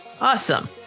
Awesome